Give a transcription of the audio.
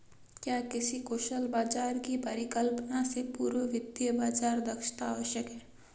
क्या किसी कुशल बाजार की परिकल्पना से पूर्व वित्तीय बाजार दक्षता आवश्यक है?